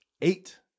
eight